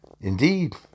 indeed